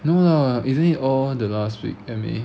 no lah isn't it all the last week M_A